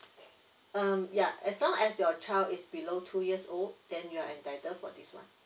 um ya as long as your child is below two years old then you're entitled for this one